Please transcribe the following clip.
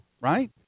right